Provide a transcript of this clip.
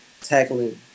tackling